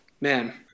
man